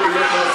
אם יש הסתה.